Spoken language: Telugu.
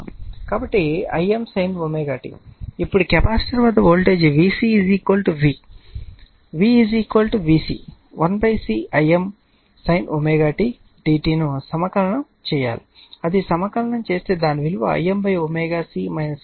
కాబట్టి Im sin ω t ఇప్పుడు కెపాసిటర్ వద్ద voltage VC V V VC 1C Im sin ωt dt ను సమాకలనం చేయాలి అది సమాకలనం చేస్తే దాని విలువ Im ω C cos ω t గా ఉంటుంది